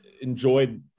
enjoyed